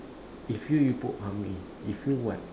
if you you put how many if you what